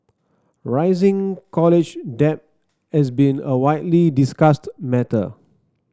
rising college debt has been a widely discussed matter